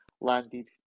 landed